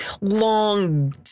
long